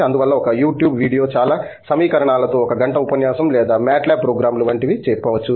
అందువల్ల ఒక YouTube video చాలా సమీకరణాలతో ఒక గంట ఉపన్యాసం లేదా మ్యాట్ ల్యాబ్ ప్రోగ్రామ్లు వంటివి చెప్పవచ్చు